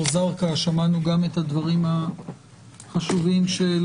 זרקא ושמענו גם את הדברים החשובים של